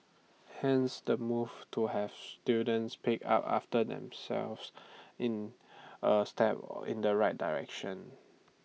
hence the move to have students pick up after themselves in A step in the right direction